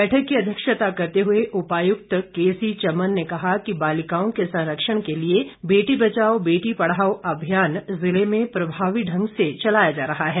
बैठक की अध्यक्षता करते हुए उपायुक्त केसी चमन ने कहा कि बालिकाओं के संरक्षण के लिए बेटी बचाओ बेटी पढ़ाओ अभियान जिले में प्रभावी ढंग से चलाया जा रहा है